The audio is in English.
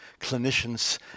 clinicians